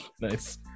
Nice